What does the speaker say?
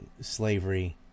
slavery